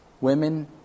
women